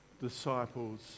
disciples